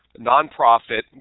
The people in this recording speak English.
nonprofit